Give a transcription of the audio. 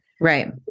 right